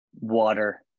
water